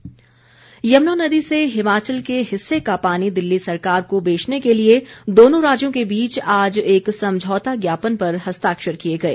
समझौता यमुना नदी से हिमाचल के हिस्से का पानी दिल्ली सरकार को बेचने के लिए दोनों राज्यों के बीच आज एक समझौता ज्ञापन पर हस्ताक्षर किए गए